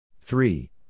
three